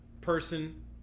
person